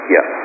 Yes